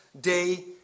day